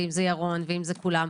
אם זה ירון ואם זה כולם.